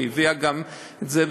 שהיא הביאה גם את זה,